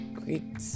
great